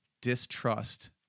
distrust